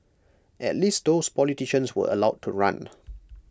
at least those politicians were allowed to run